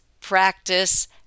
practice